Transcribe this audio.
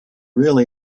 really